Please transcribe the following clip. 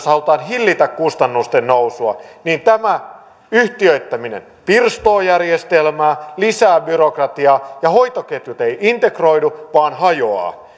halutaan hillitä kustannusten nousua niin tämä yhtiöittäminen pirstoo järjestelmää lisää byrokratiaa ja hoitoketjut eivät integroidu vaan hajoavat